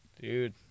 dude